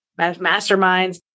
masterminds